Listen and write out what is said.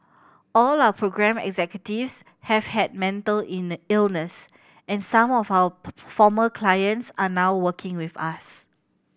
all our programme executives have had mental illness and some of our former clients are now working with us